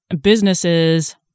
Businesses